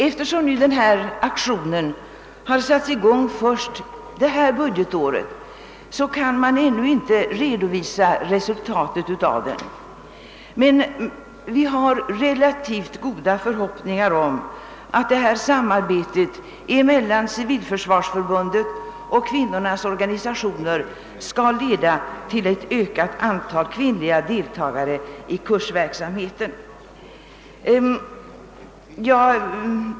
Eftersom denna aktion satts i gång först detta budgetår kan man ännu inte redovisa resultaten, men vi har relativt goda förhoppningar om att detta samarbete mellan Sveriges civilförsvarsförbund och kvinnornas organisationer skall leda till ett ökat antal kvinnliga deltagare i kursverksamheten.